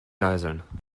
geiseln